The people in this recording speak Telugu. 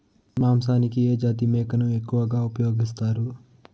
మాంసానికి ఏ జాతి మేకను ఎక్కువగా ఉపయోగిస్తారు?